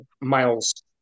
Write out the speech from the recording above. Miles